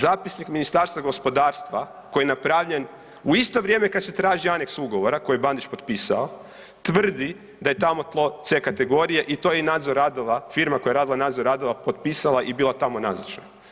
Zapisnik Ministarstva gospodarstva koji je napravljen u isto vrijeme kada se traži aneks ugovora koji je Bandić potpisao, tvrdi da je tamo tlo C kategorije i to je nadzor radova, firma koja je radila nadzor radova potpisala i bila tamo nazočna.